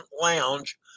Lounge